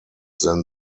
than